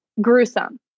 Gruesome